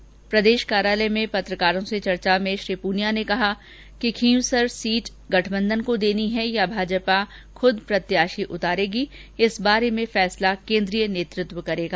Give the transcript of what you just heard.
भाजपा प्रदेश कार्यालय में पत्रकारों से चर्चा में श्री पूनिया ने कहा कि खींवसर सीट गठबंधन को देनी है या भाजपा खुद प्रत्याशी उतारेगी इस बारे में फेंसला केन्द्रीय नेतृत्व करेगा